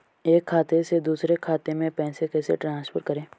एक खाते से दूसरे खाते में पैसे कैसे ट्रांसफर करें?